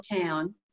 town